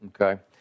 Okay